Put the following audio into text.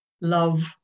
Love